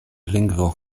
lingvo